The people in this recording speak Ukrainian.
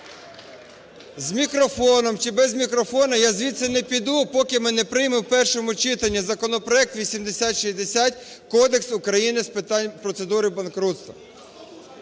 З мікрофоном чи без мікрофону, я звідси не піду, поки ми не приймемо у першому читанні законопроект 8060 Кодекс України з питань процедур банкрутства.